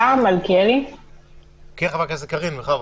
כן, חברת הכנסת קארין, בכבוד.